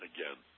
Again